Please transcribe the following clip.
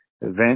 event